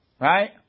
right